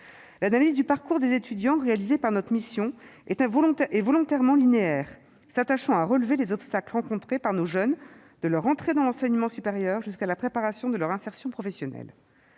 L'analyse du parcours des étudiants réalisée par notre mission s'est voulue linéaire, s'attachant à relever les obstacles rencontrés par nos jeunes, de leur entrée dans l'enseignement supérieur jusqu'à la préparation de leur insertion professionnelle.